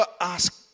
ask